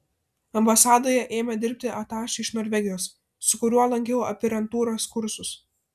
ambasadoje ėmė dirbti atašė iš norvegijos su kuriuo lankiau aspirantūros kursus